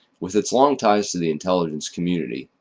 with its long ties to the intelligence community.